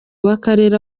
w’akarere